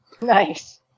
Nice